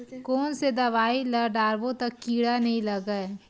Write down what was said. कोन से दवाई ल डारबो त कीड़ा नहीं लगय?